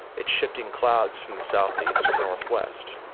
it's shifting clouds from the south-east to the north-west.